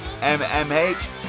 MMH